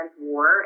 War